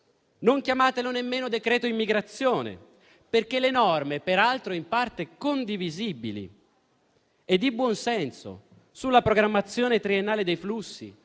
Non chiamatelo nemmeno decreto immigrazione, perché le norme, peraltro in parte condivisibili e di buonsenso sulla programmazione triennale dei flussi,